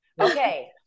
Okay